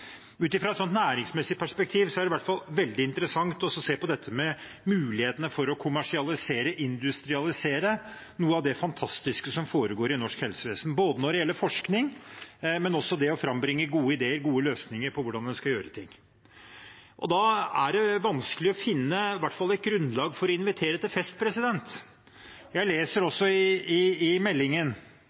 hvert fall veldig interessant å se på mulighetene for å kommersialisere og industrialisere noe av det fantastiske som foregår i norsk helsevesen, både når det gjelder forskning, og også det å frambringe gode ideer og gode løsninger for hvordan en skal gjøre ting. Da er det i hvert fall vanskelig å finne et grunnlag for å invitere til fest. På side 110 i